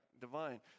divine